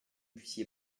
puissiez